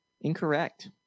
Incorrect